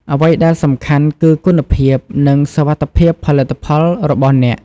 អ្វីដែលសំខាន់ គឺគុណភាព និងសុវត្ថិភាពផលិតផលរបស់អ្នក។